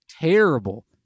Terrible